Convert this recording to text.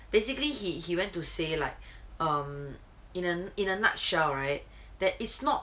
basically he he went to say like um in an in a nutshell right that is not